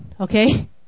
okay